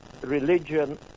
religion